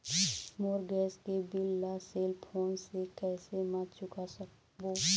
मोर gas के bill ला cell phone से कैसे म चुका सकबो?